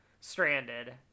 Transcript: stranded